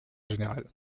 général